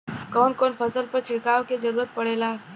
कवन कवन फसल पर छिड़काव के जरूरत पड़ेला?